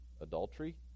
adultery